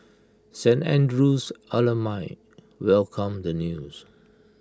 Saint Andrew's alumni welcomed the news